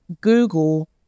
Google